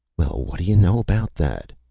well whadda you know about that?